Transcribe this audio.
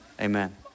Amen